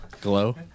Glow